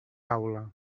taula